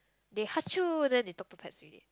they then they talk to pets already